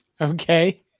Okay